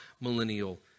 millennial